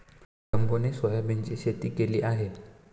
जंबोने सोयाबीनची शेती केली आहे